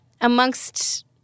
Amongst